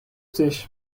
dich